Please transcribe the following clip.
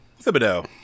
Thibodeau